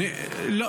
אדוני, אני מודה לך.